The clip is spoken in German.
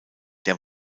der